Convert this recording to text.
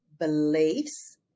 beliefs